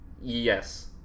Yes